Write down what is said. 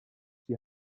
sie